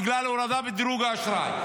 בגלל ההורדה בדירוג האשראי.